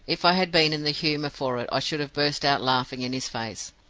if i had been in the humor for it, i should have burst out laughing in his face.